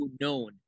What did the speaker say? known